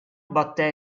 batté